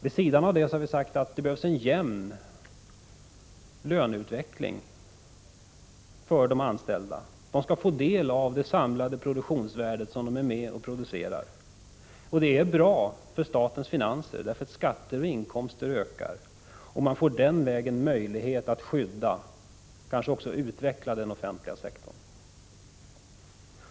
Vid sidan av det har vi sagt att det behövs en jämn löneutveckling för de anställda. De skall få del av det samlade produktionsvärde som de är med och skapar. Det är bra för statens finanser, därför att skatter och inkomster ökar. Man får den vägen möjlighet att skydda och kanske också utveckla den offentliga sektorn.